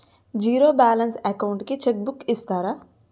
Zero balance account కి cheque book ఇస్తారా?